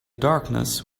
darkness